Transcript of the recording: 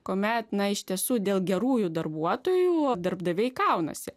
kuomet na iš tiesų dėl gerųjų darbuotojų darbdaviai kaunasi